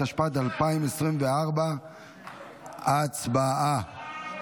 התשפ"ד 2024. הצבעה.